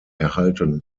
erhalten